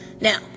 Now